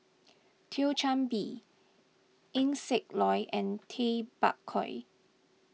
Thio Chan Bee Eng Siak Loy and Tay Bak Koi